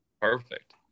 perfect